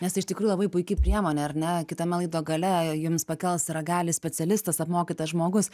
nes iš tikrųjų labai puiki priemonė ar ne kitame laido gale jums pakels ragelį specialistas apmokytas žmogus